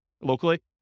locally